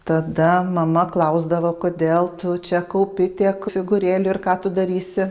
tada mama klausdavo kodėl tu čia kaupi tiek figūrėlių ir ką tu darysi